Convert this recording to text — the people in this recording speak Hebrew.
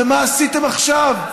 ומה עשיתם עכשיו?